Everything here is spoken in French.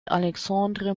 alexandre